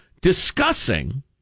discussing